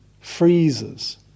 freezes